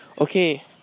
okay